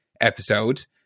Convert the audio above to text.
episode